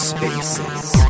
Spaces